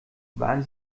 waren